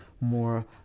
more